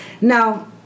Now